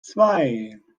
zwei